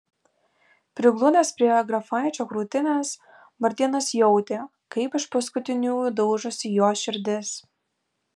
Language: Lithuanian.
prigludęs prie grafaičio krūtinės martynas jautė kaip iš paskutiniųjų daužosi jo širdis